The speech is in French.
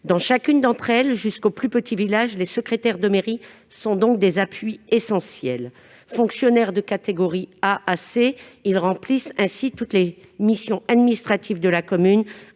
Dans chacune d'entre elles, jusqu'aux plus petits villages, les secrétaires de mairie sont donc des appuis essentiels. Fonctionnaires de catégorie A à C, ils remplissent toutes les missions administratives de la commune,